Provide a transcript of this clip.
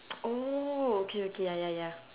oh okay okay ya ya ya